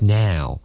now